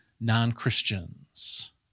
non-Christians